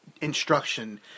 instruction